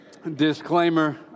Disclaimer